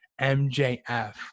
MJF